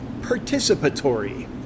participatory